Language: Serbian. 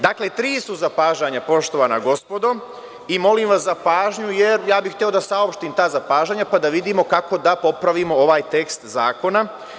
Dakle, tri su zapažanja, poštovana gospodo i molim vas za pažnju jer ja bih hteo da saopštim ta zapažanja pa da vidimo kako da popravimo ovaj tekst zakona.